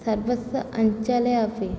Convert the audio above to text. सर्वस्य अञ्चले अपि